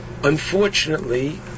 Unfortunately